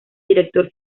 director